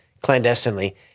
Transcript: clandestinely